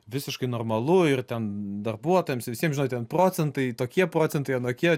visiškai normalu ir ten darbuotojams visiems žinai ten procentai tokie procentai anokie